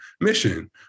mission